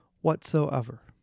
whatsoever